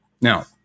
Now